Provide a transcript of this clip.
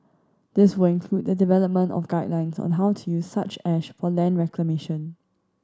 this will include the development of guidelines on how to use such ash for land reclamation